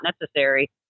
necessary